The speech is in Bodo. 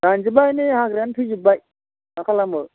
रानजोब्बाय नै हाग्रायानो थैजोब्बाय मा खालामनो